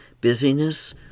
busyness